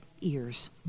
ears